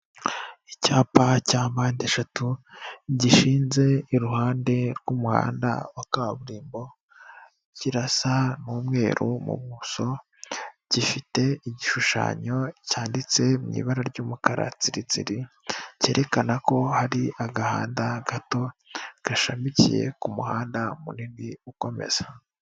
Icyapa cya mpande eshatu gishinze iruhande rw'umuhanda wa kaburimbo, kirasa n'umweru mu bumoso, gifite igishushanyo cyanditse mu ibara ry'umukara tsiritsiri, cyerekana ko hari agahanda gato gashamikiye ku muhanda munini ukomeza.